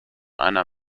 einer